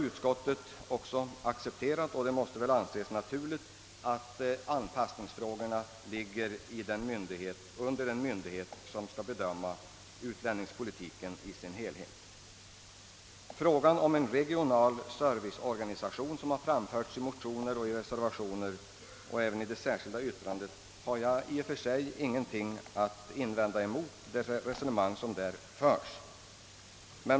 Utskottet har även accepterat detta, och det måste väl anses naturligt att anpassningsfrågorna ligger under den myndighet som skall bedöma utlänningspolitiken i dess helhet. Frågan om en regional serviceorganisation har behandlats i motioner och reservationer, liksom också i det särskilda yttrandet, och jag har i och för sig ingenting att invända mot det resonemang som där förs.